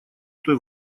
той